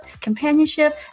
companionship